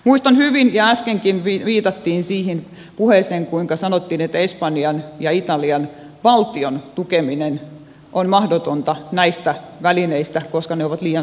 muistan hyvin äskenkin viitattiin siihen puheeseen kuinka sanottiin että espanjan ja italian valtion tukeminen on mahdotonta näistä välineistä koska ne ovat liian suuria